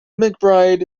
mcbride